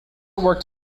worked